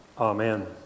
Amen